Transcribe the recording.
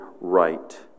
right